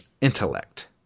intellect